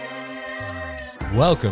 Welcome